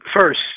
First